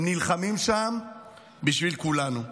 הם נלחמים שם בשביל כולנו.